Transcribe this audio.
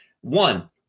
One